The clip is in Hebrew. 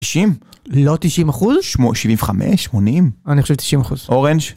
90? לא 90 אחוז? 75 80 אני חושב 90 אחוז. אורנג'...